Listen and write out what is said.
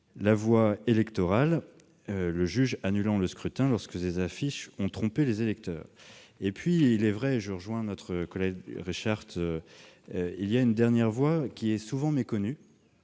la voie électorale, le juge annulant le scrutin lorsque les affiches ont trompé les électeurs. En outre, il est vrai- je rejoins notre collègue Reichardt -qu'il existe une dernière voie, souvent méconnue